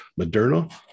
Moderna